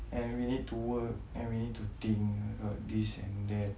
and we need to work and we need to think about this and that